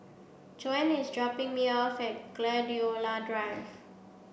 Joan is dropping me off at Gladiola Drive